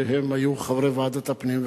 שהם היו חברי ועדת הפנים,